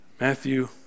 Matthew